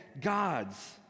gods